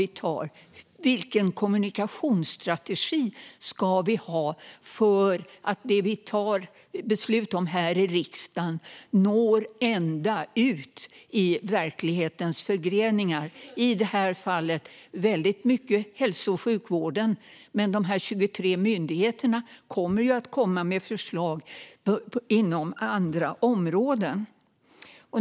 Det handlar om vilken kommunikationsstrategi vi ska ha för att det som vi tar beslut om här i riksdagen ska nå ända ut i verklighetens förgreningar, i det här fallet väldigt mycket hälso och sjukvården. Men de 23 myndigheterna kommer att komma med förslag inom andra områden.